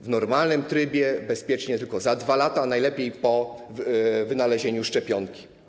W normalnym trybie bezpieczne będą tylko za 2 lata, a najlepiej po wynalezieniu szczepionki.